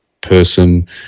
person